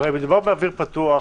הרי מדובר באוויר פתוח,